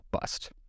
bust